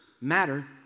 matter